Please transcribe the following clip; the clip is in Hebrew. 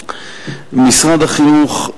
משרד החינוך,